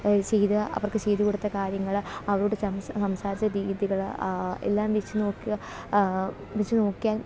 ചെയ്ത അവർക്ക് ചെയ്തുകൊടുത്ത കാര്യങ്ങൾ അവരോട് സംസാരിച്ച രീതികൾ എല്ലാം വെച്ചു നോക്ക് വെച്ചു നോക്കിയാൽ